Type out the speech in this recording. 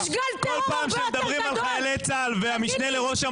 יש גל טרור הרבה יותר גדול.